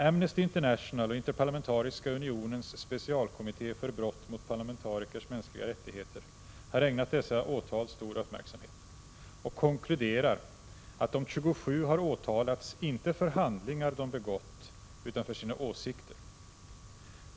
Amnesty International och Interparlamentariska unionens specialkommitté för brott mot parlamentarikers mänskliga rättigheter har ägnat dessa åtal stor uppmärksamhet och konkluderar att de 27 har åtalats inte för handlingar de begått, utan för sina åsikter.